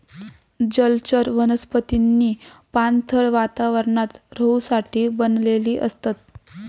जलचर वनस्पतींनी पाणथळ वातावरणात रहूसाठी बनलेली असतत